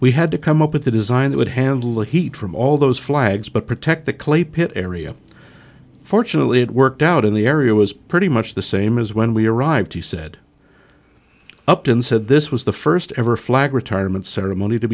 we had to come up with a design that would handle the heat from all those flags but protect the clay pit area fortunately it worked out in the area was pretty much the same as when we arrived he said upton said this was the first ever flag retirement ceremony to